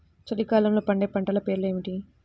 చలికాలంలో పండే పంటల పేర్లు ఏమిటీ?